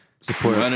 Support